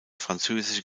französische